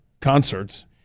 concerts